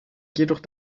jedoch